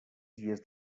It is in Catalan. dies